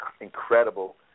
incredible